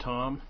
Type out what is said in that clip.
Tom